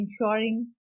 ensuring